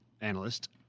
analyst